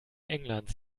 englands